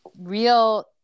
real